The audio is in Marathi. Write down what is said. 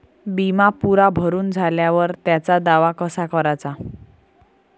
बिमा पुरा भरून झाल्यावर त्याचा दावा कसा कराचा?